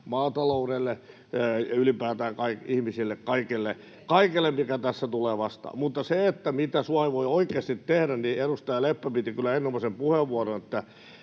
maataloudelle ja ylipäätään ihmisille, kaikelle, mikä tässä tulee vastaan. Mutta siitä, mitä Suomi voi oikeasti tehdä, piti edustaja Leppä kyllä erinomaisen puheenvuoron: